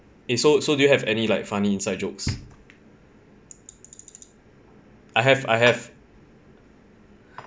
it so so do you have any like funny inside jokes I have I have